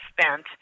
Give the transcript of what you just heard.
spent